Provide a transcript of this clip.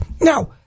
Now